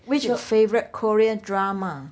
which favourite korean drama